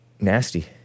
nasty